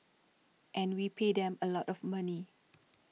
and we pay them a lot of money